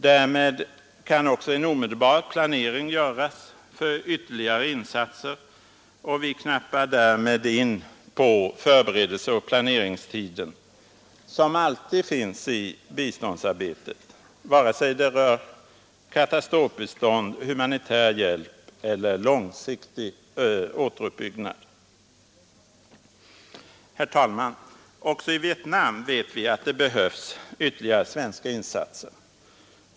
Därmed kan också en omedelbar planering göras för ytterligare insatser, och vi knappar därmed in på förberedelseoch planeringstiden, som alltid finns i biståndsarbetet, vare sig det rör katastrofbistånd, humanitär hjälp eller långsiktig återuppbyggnad. Herr talman! Också i Vietnam vet vi att det behövs ytterligare svenska insatser.